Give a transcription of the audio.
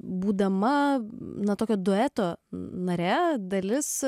būdama na tokio dueto nare dalis